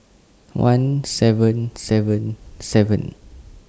one seven seven seven